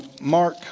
Mark